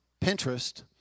Pinterest